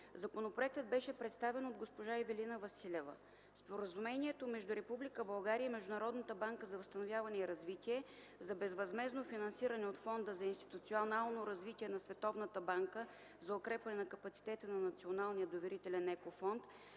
Законопроектът беше представен от госпожа Ивелина Василева. Споразумението между Република България и Международната банка за възстановяване и развитие за безвъзмездно финансиране от Фонда за институционално развитие на Световната банка за укрепване на капацитета на Националния доверителен Еко Фонд